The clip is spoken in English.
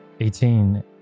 Eighteen